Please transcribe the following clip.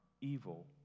evil